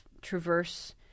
traverse